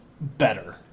better